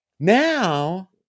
Now